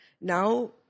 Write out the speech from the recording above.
Now